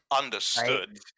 understood